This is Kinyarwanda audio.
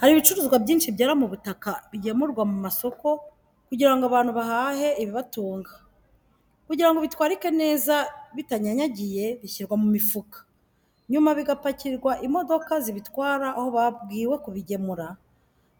Hari ibicuruzwa byinshi byera mu butaka bigemurwa mu masoko kugira ngo abantu bahahe ibibatunga. Kugira ngo bitwarike neza bitanyanyagiye bishyirwa mu mifuka. Nyuma bigapakirwa imodoka zibitwara aho babwiwe kubigemura.